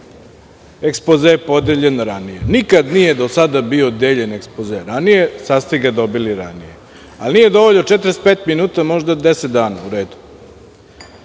ekspoze podeljen ranije. Nikada nije do sada bilo deljen ekspoze ranije, sada ste ga dobili ranije. Nije dovoljno 45 minuta, možda je deset dana.